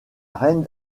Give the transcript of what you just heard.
reine